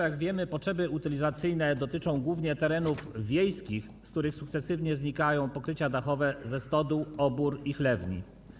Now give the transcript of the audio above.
Jak wiemy, potrzeby utylizacyjne dotyczą głównie terenów wiejskich, na których sukcesywnie znikają azbestowe pokrycia dachowe ze stodół, obór i chlewni.